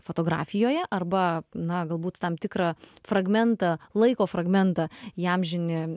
fotografijoje arba na galbūt tam tikrą fragmentą laiko fragmentą įamžini